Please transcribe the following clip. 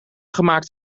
gemaakt